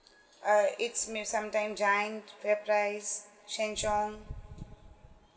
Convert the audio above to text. uh it's may sometime Giant FairPrice Sheng Siong